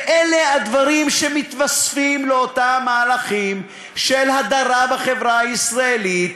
ואלה הדברים שמתווספים לאותם מהלכים של הדרה בחברה הישראלית